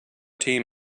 team